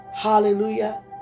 Hallelujah